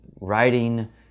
writing